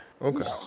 Okay